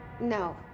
No